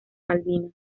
malvinas